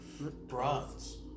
Bronze